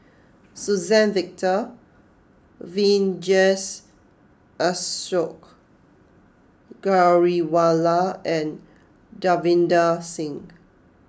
Suzann Victor Vijesh Ashok Ghariwala and Davinder Singh